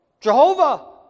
Jehovah